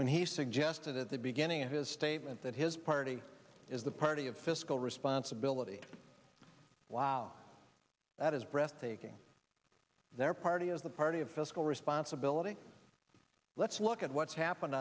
when he suggested at the beginning of his statement that his party is the party of fiscal responsibility wow that is breathtaking their party as the party of fiscal responsibility let's look at what's happen